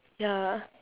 ya